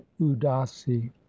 udasi